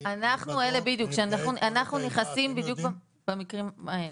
אנחנו נכנסים בדיוק במקרים האלה.